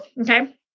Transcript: okay